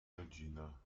rodzina